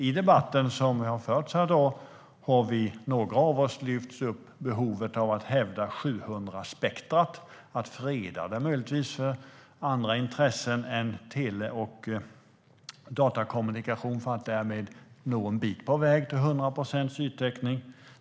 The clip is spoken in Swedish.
I debatten som har förts här i dag har några av oss lyft upp behovet av att hävda 700-spektrumet och möjligtvis freda det från andra intressen än tele och datakommunikation för att därmed nå en bit på väg till 100 procents yttäckning.